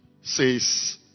says